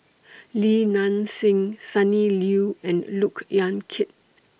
Li Nanxing Sonny Liew and Look Yan Kit